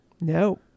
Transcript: no